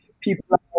People